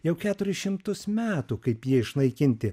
jau keturis šimtus metų kaip jie išnaikinti